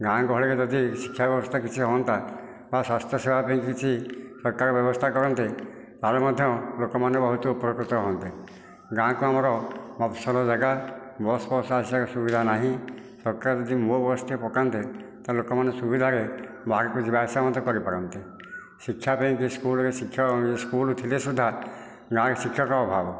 ଗାଁ ଗହଳିରେ ଯଦି ଶିକ୍ଷା ବ୍ୟବସ୍ଥା କିଛି ହୁଅନ୍ତା ବା ସ୍ୱାସ୍ଥ୍ୟସେବା ପାଇଁ କିଛି ସରକାର ବ୍ୟବସ୍ଥା କରନ୍ତେ ଆମେ ମଧ୍ୟ ଲୋକମାନେ ବହୁତ ଉପକୃତ ହୁଅନ୍ତେ ଗାଁକୁ ଆମର ମଫସଲ ଜାଗା ବସ୍ ଫସ ଆସିବାର ସୁବିଧା ନାହିଁ ସରକାର ଯଦି ମୋ ବସଟାଏ ପଠାନ୍ତେ ତାହେଲେ ଲୋକମାନେ ସୁବିଧାରେ ବାହାରକୁ ଯିବା ଆସିବା ମଧ୍ୟ କରିପାରନ୍ତି ଶିକ୍ଷା ପାଇଁ ଯେ ସ୍କୁଲରେ ଶିକ୍ଷା ସ୍କୁଲ୍ ଥିଲେ ସୁଦ୍ଧା ଗାଁରେ ଶିକ୍ଷକ ଅଭାବ